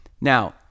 Now